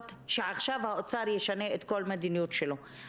שעכשיו האוצר ישנה את כל המדיניות שלו.